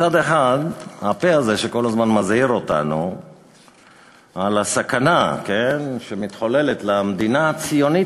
מצד אחד הפה הזה שכל הזמן מזהיר אותנו מהסכנה למדינה הציונית